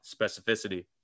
specificity